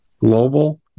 Global